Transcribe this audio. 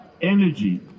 energy